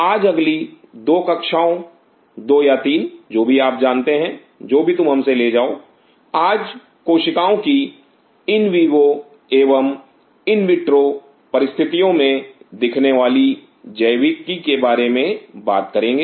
आज अगली दो कक्षाओं दो या तीन जो आप जानते हैं जो भी तुम हमसे ले जाओ हम आज कोशिकाओं की इन वीवो एवं इन विट्रो परिस्थितियों में दिखने वाली जैविकी के बारे में बात करेंगे